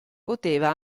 poteva